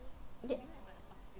ya